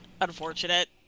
unfortunate